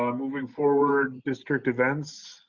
um moving forward district events.